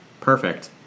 Perfect